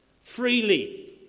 freely